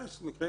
--- לפעמים